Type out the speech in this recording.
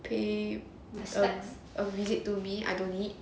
pay a a visit to me I don't need